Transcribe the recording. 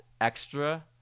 extra